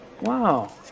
Wow